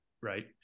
Right